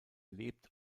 lebt